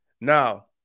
now